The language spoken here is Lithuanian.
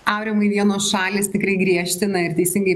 aurimai vienos šalys tikrai griežtina ir teisingai